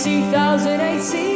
2018